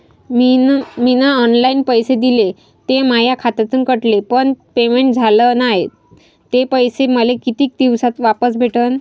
मीन online पैसे दिले, ते माया खात्यातून कटले, पण पेमेंट झाल नायं, ते पैसे मले कितीक दिवसात वापस भेटन?